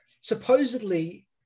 supposedly